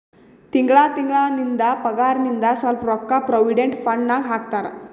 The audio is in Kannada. ತಿಂಗಳಾ ತಿಂಗಳಾ ನಿಂದ್ ಪಗಾರ್ನಾಗಿಂದ್ ಸ್ವಲ್ಪ ರೊಕ್ಕಾ ಪ್ರೊವಿಡೆಂಟ್ ಫಂಡ್ ನಾಗ್ ಹಾಕ್ತಾರ್